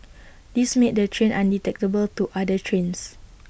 this made the train undetectable to other trains